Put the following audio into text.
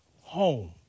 home